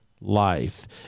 life